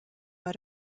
bei